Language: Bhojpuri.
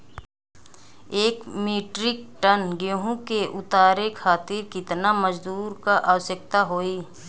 एक मिट्रीक टन गेहूँ के उतारे खातीर कितना मजदूर क आवश्यकता होई?